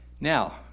Now